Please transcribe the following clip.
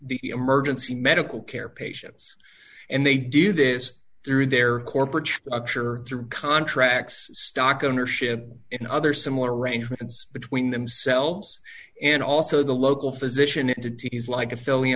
the emergency medical care patients and they do this through their corporate contracts stock ownership and other similar arrangements between themselves and also the local physician entities like a